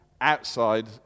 outside